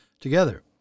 Together